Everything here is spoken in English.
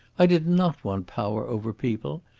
i did not want power over people.